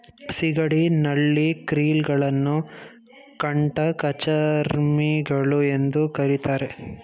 ಸಿಗಡಿ, ನಳ್ಳಿ, ಕ್ರಿಲ್ ಗಳನ್ನು ಕಂಟಕಚರ್ಮಿಗಳು ಎಂದು ಕರಿತಾರೆ